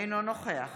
אינו נוכח